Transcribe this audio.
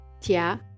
Tia